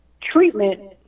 treatment